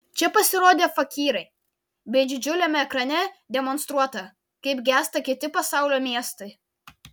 čia pasirodė fakyrai bei didžiuliame ekrane demonstruota kaip gęsta kiti pasaulio miestai